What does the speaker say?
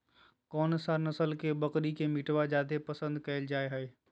कौन सा नस्ल के बकरी के मीटबा जादे पसंद कइल जा हइ?